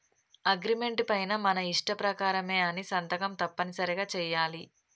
agreement పైన మన ఇష్ట ప్రకారమే అని సంతకం తప్పనిసరిగా చెయ్యాలి